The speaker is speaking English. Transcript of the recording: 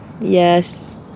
yes